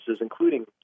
including